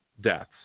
deaths